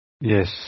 Yes